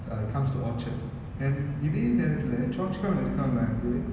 uh it comes to orchard and இதே நேரத்துல:ithe nerathula choa chang lah இருக்காங்க வந்து:irukaanga vanthu